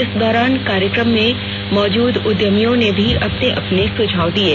इस दौरान कार्यक्रम में मौजूद उद्यमियों ने भी अपने अपने सुझाव दिये